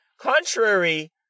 contrary